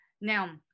now